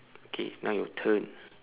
okay now your turn